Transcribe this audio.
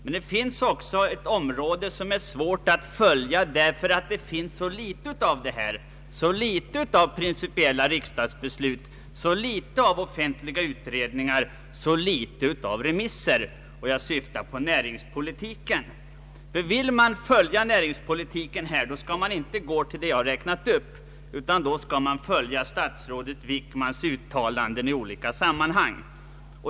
Men det finns också ett område som är svårt att följa därför att det finns så litet av principiella riksdagsbeslut, så litet av offentliga utredningar, så litet av remisser. Jag syftar på näringspolitiken. Vill man följa näringspolitiken skall man inte gå till det jag har räknat upp, utan då skall man följa statsrådet Wickmans uttalanden i olika sammanhang.